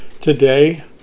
today